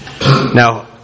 Now